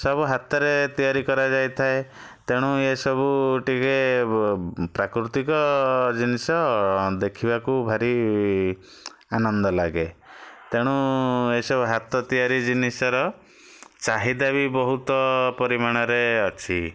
ସବୁ ହାତରେ ତିଆରି କରା ଯାଇଥାଏ ତେଣୁ ଏସବୁ ଟିକେ ଏସବୁ ପ୍ରାକୃତିକ ଜିନିଷ ଦେଖିବାକୁ ଭାରି ଆନନ୍ଦ ଲାଗେ ତେଣୁ ଏଇସବୁ ହାତ ତିଆରି ଜିନିଷର ଚାହିଦା ବି ବହୁତ ପରିମାଣରେ ଅଛି